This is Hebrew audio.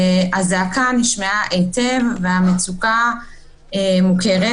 הזעקה נשמעה היטב והמצוקה מוכרת.